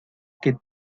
que